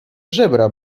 żebra